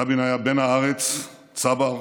רבין היה בן הארץ, צבר,